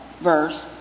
Verse